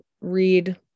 read